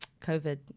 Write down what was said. COVID